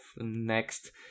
next